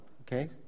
Okay